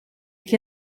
che